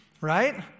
right